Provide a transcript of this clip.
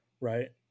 Right